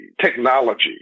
technology